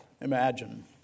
Imagine